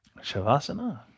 Shavasana